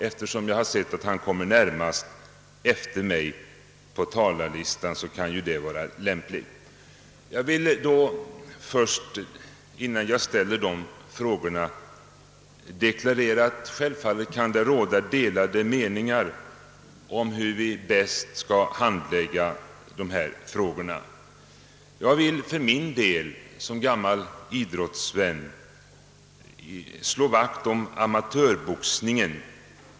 Eftersom jag sett att han kommer närmast efter mig på talarlistan kan det vara lämpligt. Innan jag ställer de frågorna vill jag deklarera att det självfallet kan råda delade meningar om hur vi bäst skall handlägga dessa frågor. Jag vill för min del som gammal idrottsvän slå vakt om amatörboxningen.